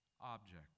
object